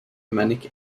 manic